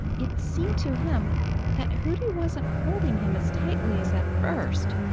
it seemed to him that hooty wasn't holding him as tightly as at first.